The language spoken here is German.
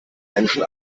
menschen